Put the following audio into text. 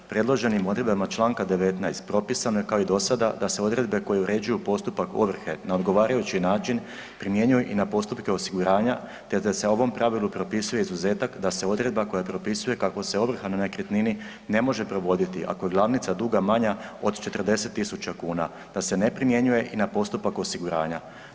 Predloženim odredbama čl. 19. propisano je kao i do sada da se odredbe koje uređuju postupak ovrhe na odgovarajući način primjenjuju i na postupke osiguranja te da se u ovom pravilu propisuje izuzetak da se odredba koja propisuje kako se ovrha na nekretnini ne može provoditi ako je glavnica duga manja od 40.000 da se ne primjenjuje i na postupak osiguranja.